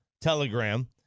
Telegram